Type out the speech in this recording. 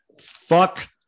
Fuck